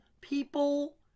people